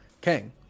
Kang